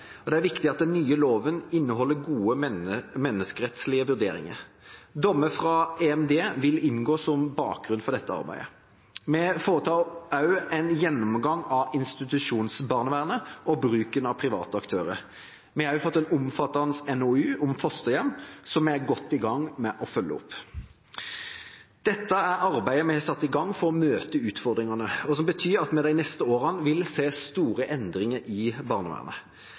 og det er viktig at den nye loven inneholder gode menneskerettslige vurderinger. Dommer fra EMD vil inngå som bakgrunn for dette arbeidet. Vi foretar en gjennomgang av institusjonsbarnevernet og bruken av private aktører. Vi har også fått en omfattende NOU om fosterhjem, som vi er godt i gang med å følge opp. Dette er arbeidet vi har satt i gang for å møte utfordringene, og som betyr at vi de neste årene vil se store endringer i barnevernet.